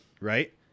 right